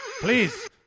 Please